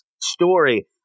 story